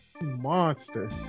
Monster